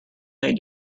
they